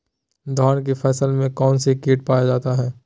धान की फसल में कौन सी किट पाया जाता है?